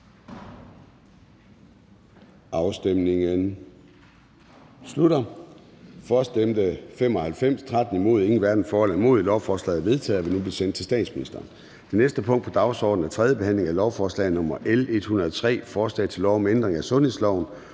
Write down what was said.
ALT), imod stemte 13 (DD, DF og NB), hverken for eller imod stemte 0. Lovforslaget er vedtaget og vil nu blive sendt til statsministeren. --- Det næste punkt på dagsordenen er: 15) 3. behandling af lovforslag nr. L 103: Forslag til lov om ændring af sundhedsloven